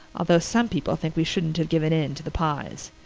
although some people think we shouldn't have given in to the pyes.